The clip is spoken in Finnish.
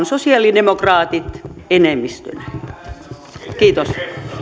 sosialidemokraatit enemmistönä kiitos